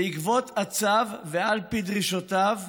בעקבות הצו, ועל פי דרישותיו,